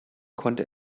konnte